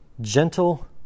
gentle